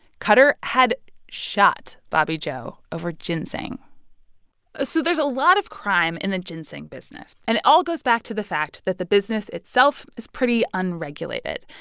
kutter had shot bobby joe over ginseng ah so there's a lot of crime in the ginseng business. and it all goes back to the fact that the business itself is pretty unregulated,